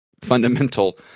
fundamental